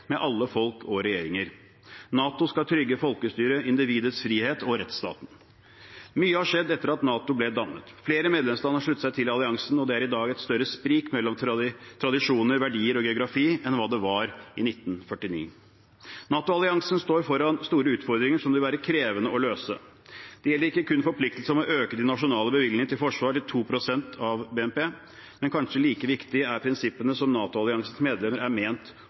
med alle folk og regjeringer. NATO skal trygge folkestyret, individets frihet og rettsstaten. Mye har skjedd etter at NATO ble dannet. Flere medlemsland har sluttet seg til alliansen, og det er i dag et større sprik mellom tradisjoner, verdier og geografi enn hva det var i 1949. NATO-alliansen står foran store utfordringer, som det vil være krevende å løse. Det gjelder ikke kun forpliktelser om å øke de nasjonale bevilgningene til Forsvaret til 2 pst. av BNP, men kanskje like viktige er prinsippene som NATO-alliansens medlemmer er ment